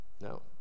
No